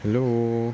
hello